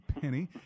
Penny